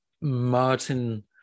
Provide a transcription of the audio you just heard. Martin